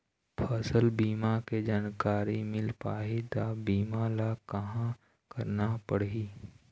फसल बीमा के जानकारी मिल पाही ता बीमा ला कहां करना पढ़ी?